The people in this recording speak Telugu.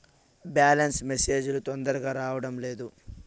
బ్యాలెన్స్ మెసేజ్ లు తొందరగా రావడం లేదు?